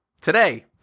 Today